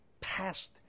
past